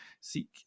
seek